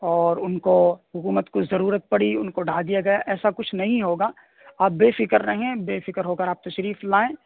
اور ان کو حکومت کو ضرورت پڑی ان کو ڈھا دیا گیا ایسا کچھ نہیں ہوگا آپ بےفکر رہیں بےفکر ہو کر آپ تشریف لائیں